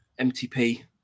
MTP